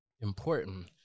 important